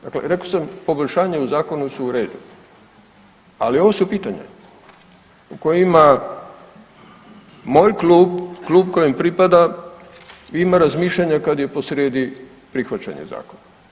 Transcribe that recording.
Dakle, rekao sam poboljšanja u zakonu su u redu, ali ovo su pitanja u kojima moj klub, klub kojem pripadam ima razmišljanja kad je posrijedi prihvaćanje zakona.